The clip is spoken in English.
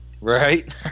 Right